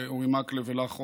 לאורי מקלב ולך,